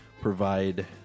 provide